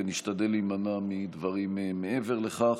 ונשתדל להימנע מדברים מעבר לכך.